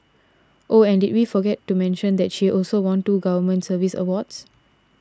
oh and did we forget to mention that she also won two government service awards